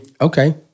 Okay